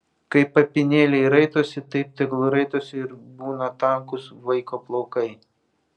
kaip apynėliai raitosi taip tegul raitosi ir būna tankūs vaiko plaukai